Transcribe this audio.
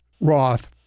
Roth